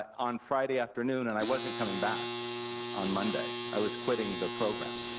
on friday afternoon and i wasn't coming back on monday, i was quitting the program.